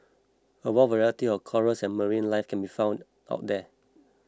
a wide variety of corals and marine life can be found of there